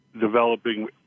developing –